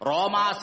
Roma